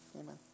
Amen